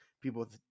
people